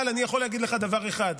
אבל אני יכול להגיד לך דבר אחד: